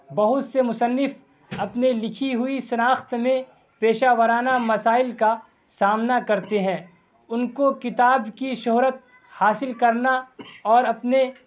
بہت سے مصنف اپنے لکھی شناخت میں پیشہ ورانہ مسائل کا سامنا کرتے ہیں ان کو کتاب کی شہرت حاصل کرنا اور اپنے